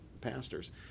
pastors